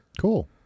Cool